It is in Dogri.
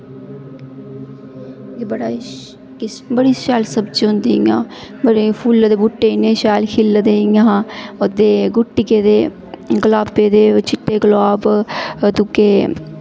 बड़ी शैल सब्जी होंदी इ'यां फुल्ले दे बूह्टे बड़े सैल खिले दे इ'यां ओह्दे गुट्टिये दे गलाबे दे चिट्टे गलाब दुए